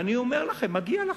ואני אומר לכם: מגיע לכם.